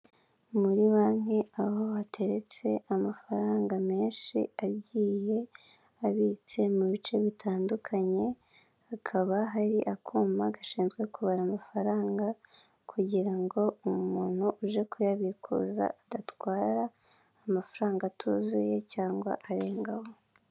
Muri banki aho hateretse amafaranga menshi agiye abitse mu bice bitandukanye, hakaba hari akuma gashinzwe kubara amafaranga, kugira ngo umuntu uje kuyabikuza adatwara amafaranga atuzuye cyangwa arengaho.